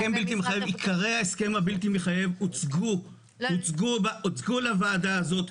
עיקרי ההסכם הבלתי מחייב הוצגו לוועדה הזאת.